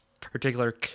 particular